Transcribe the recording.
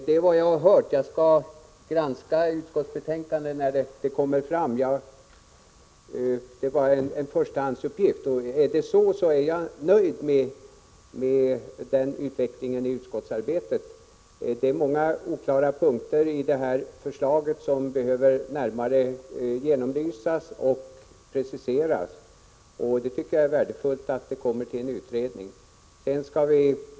Det är vad jag hört, men jag skall granska utskottets betänkande när det kommer fram. Jag har bara en andrahandsuppgift, men om den är riktig är jag nöjd med utvecklingen av utskottsarbetet. Det är många oklara punkter i förslaget som behöver närmare genomlysas och preciseras, och jag tycker att det är värdefullt att frågan kommer att utredas.